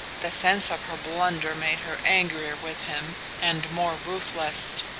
the sense of her blunder made her angrier with him, and more ruthless.